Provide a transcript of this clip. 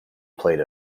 played